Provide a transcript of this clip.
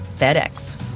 FedEx